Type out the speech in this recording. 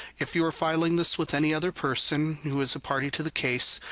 if you are filing this with any other person who is a party to the case,